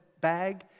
bag